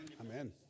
amen